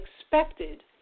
expected